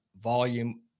volume